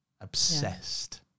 Obsessed